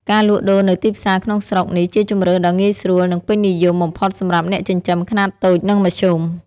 ការលក់ដូរនៅទីផ្សារក្នុងស្រុកនេះជាជម្រើសដ៏ងាយស្រួល និងពេញនិយមបំផុតសម្រាប់អ្នកចិញ្ចឹមខ្នាតតូចនិងមធ្យម។